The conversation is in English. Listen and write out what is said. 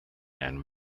and